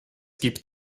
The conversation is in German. gibt